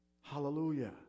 Hallelujah